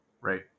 right